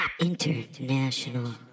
international